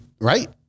Right